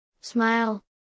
Smile